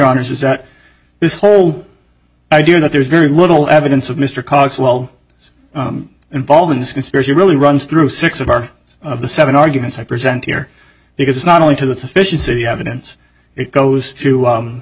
honor's is that this whole idea that there's very little evidence of mr cogswell he's involved in this conspiracy really runs through six of our of the seven arguments i present here because it's not only to the sufficiency evidence it goes to